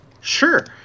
Sure